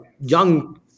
young